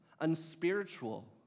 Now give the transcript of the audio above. unspiritual